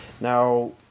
Now